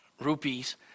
rupees